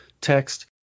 text